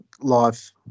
life